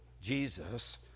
Jesus